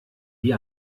die